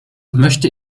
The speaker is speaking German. möchte